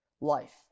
life